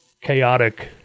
chaotic